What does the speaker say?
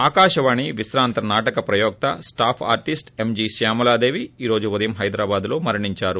ఆకాశవాణి విశ్రాంత నాటక ప్రయోక్త స్టాఫ్ ఆర్టిస్ట్ ఎంజీ శ్యామలాదేవి ఈ రోజు ఉదయం హైదరాబాద్ లో మరణించారు